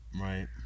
right